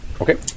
Okay